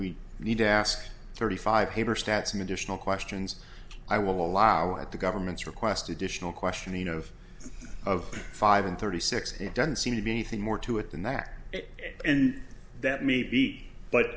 we need to ask thirty five paper stats an additional questions i will allow at the government's request additional questioning of of five and thirty six it doesn't seem to be anything more to it than that and that may be but